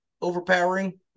overpowering